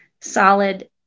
solid